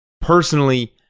personally